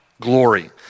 glory